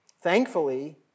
thankfully